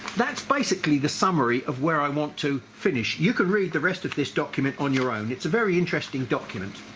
that's basically the summary of where i want to finish. you can read the rest of this document on your own it's a very interesting document.